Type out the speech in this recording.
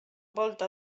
volta